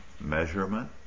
measurement